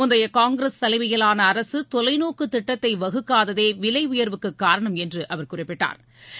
முந்தையகாங்கிரஸ் தலைமையிலானஅரசுதொலைநோக்குதிட்டத்தைவகுக்காததேவிலைஉயா்வுக்குகாரணம் என்றுகுறிப்பிட்டா்